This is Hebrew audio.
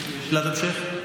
המשך.